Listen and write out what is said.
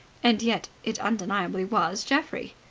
and yet it undeniably was geoffrey.